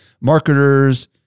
marketers